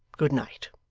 good night